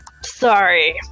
sorry